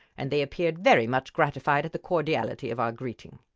and they appeared very much gratified at the cordiality of our greeting.